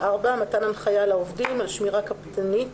(4)מתן הנחיה לעובדים על שמירה קפדנית